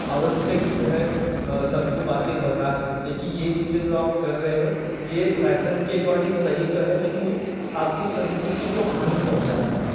आवश्यक जो है सबको बातें बता सकते कि यह चीज़ें जो आप कर रहे हो यह फैशन के अकॉर्डिंग सही तो है लेकिन यह आपकी संस्कृति को हानि पहुँचाता है